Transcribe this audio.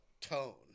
tone